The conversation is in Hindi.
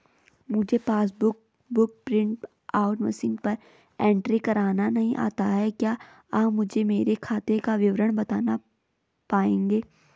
मुझे passbook book print out machine पर एंट्री करना नहीं आता है क्या आप मुझे मेरे खाते का विवरण बताना पाएंगे?